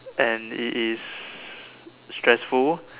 and it is stressful